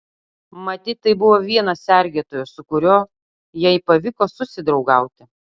matyt tai buvo vienas sergėtojų su kuriuo jai pavyko susidraugauti